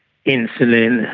insulin,